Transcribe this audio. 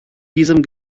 diesem